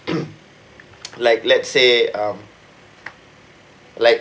like let's say um like